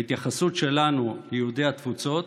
ההתייחסות שלנו ליהודי התפוצות,